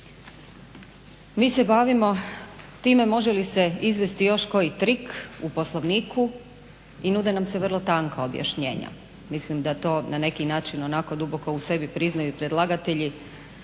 Mi se bavimo time može li se izvesti još koji trik u Poslovniku i nude nam se vrlo tanka objašnjenja. Mislim da to na neki način onako duboko u sebi priznaju i predlagatelji.